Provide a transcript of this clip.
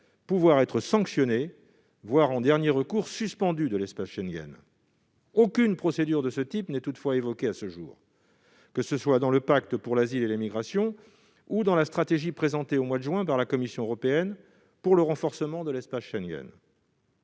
pouvoir être sanctionnés, voire, en dernier recours, suspendus de l'espace Schengen. Aucune procédure de ce type n'est toutefois évoquée à ce jour, que ce soit dans le pacte ou dans la stratégie présentée au mois de juin dernier par la Commission européenne pour le renforcement de l'espace Schengen.